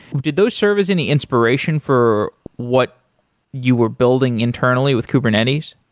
did those serve as any inspiration for what you were building internally with kubernetes?